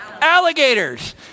Alligators